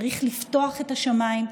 צריך לפתוח את השמיים,